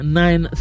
nine